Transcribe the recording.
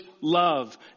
love